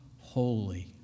Holy